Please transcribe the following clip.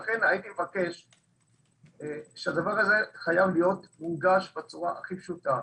הדבר הזה חייב להיות מונגש בצורה הכי פשוטה.